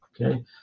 okay